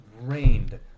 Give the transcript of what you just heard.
rained